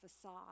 facade